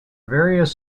various